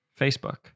Facebook